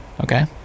Okay